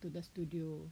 to the studio